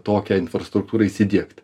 tokią infrastruktūrą įsidiegti